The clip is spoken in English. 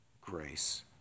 grace